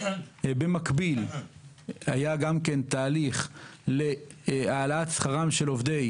במקביל היה גם תהליך להעלאת שכרם של עובדי